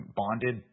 bonded